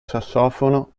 sassofono